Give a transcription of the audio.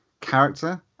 character